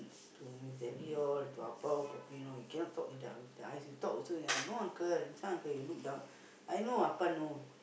to Miss Debbie all to Apa all properly know he cannot talk with the eyes know he talk also no uncle is not uncle this one all his eyes look down I know Appa knows